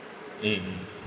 mmhmm